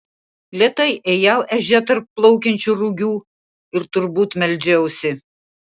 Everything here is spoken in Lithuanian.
lėtai ėjau ežia tarp plaukiančių rugių ir turbūt meldžiausi